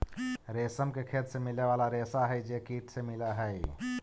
रेशम के खेत से मिले वाला रेशा हई जे कीट से मिलऽ हई